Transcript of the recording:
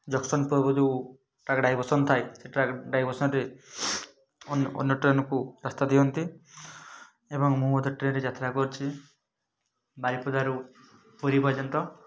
junction ପୂର୍ବରୁ ଯେଉଁ track diversion ଥାଏ ସେ ଟ୍ରାକ୍ ଡାଇଭର୍ସନରେ ଅନ୍ୟ ଟ୍ରେନ୍କୁ ରାସ୍ତା ଦିଅନ୍ତି ଏବଂ ମୁଁ ମଧ୍ୟ ଟ୍ରେନ୍ରେ ଯାତ୍ରା କରଛି ବାରିପଦାରୁ ପୁରୀ ପର୍ଯ୍ୟନ୍ତ